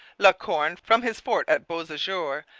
la corne, from his fort at beausejour,